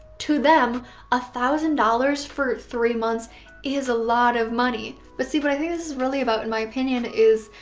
to them a thousand dollars for three months is a lot of money. but see what i think this is really about in my opinion is,